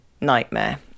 nightmare